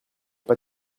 pas